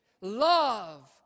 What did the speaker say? Love